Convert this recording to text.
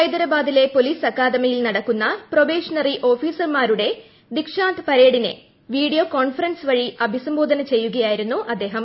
ഹെദരാബാദിലെ police അക്കാദമിയിൽ നടക്കുന്ന probationary ഓഫീസർമാരുടെ ദിക്ഷാന്ത് പരേഡിനെ വീഡിയോ കോൺഫറൻസ് വഴി അഭിസംബോധന ചെയ്യുകയായിരുന്നു അദ്ദേഹം